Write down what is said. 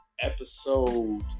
Episode